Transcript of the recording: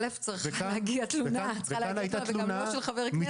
א', צריכה להגיע תלונה, וגם לא של חבר כנסת.